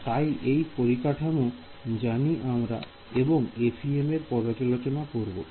আর তাই এই পরিকাঠামো জানি আমরা এবং FEM এর পর্যালোচনা করব